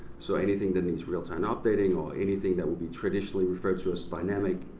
so anything that needs real time updating, or anything that will be traditionally referred to as dynamic,